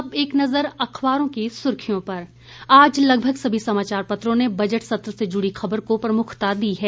अब एक नजर अखबारों की सुर्खियों पर आज लगभग सभी समाचारपत्रों ने बजट सत्र से जुड़ी खबर को प्रमुखता दी है